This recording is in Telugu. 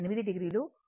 తీసుకుంటారు